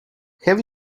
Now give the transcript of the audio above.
have